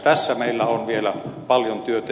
tässä meillä on vielä paljon työtä